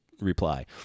reply